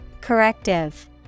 Corrective